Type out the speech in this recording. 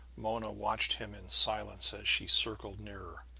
mona watched him in silence as she circled nearer.